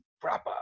proper